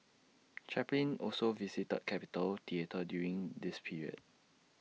Chaplin also visited capitol theatre during this period